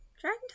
Dragon